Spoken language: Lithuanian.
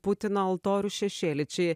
putino altorių šešėly čia